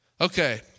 Okay